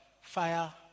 fire